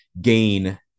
gain